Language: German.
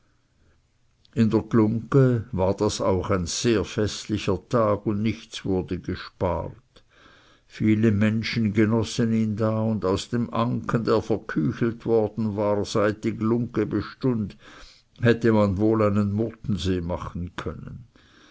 in der glunggen war das auch ein sehr festlicher tag und nichts wurde gespart viele menschen genossen ihn da und aus dem anken der verküchelt worden war seit die glungge bestund hätte man wohl einen murtensee machen können